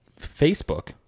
Facebook